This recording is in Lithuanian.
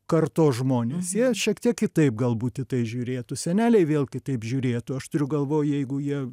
kartos žmonės jie šiek tiek kitaip galbūt į tai žiūrėtų seneliai vėl kitaip žiūrėtų aš turiu galvoj jeigu jie